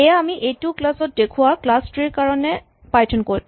এয়া আমি এইটো ক্লাচ ত দেখোৱা ক্লাচ ট্ৰী ৰ কাৰণে পাইথন কড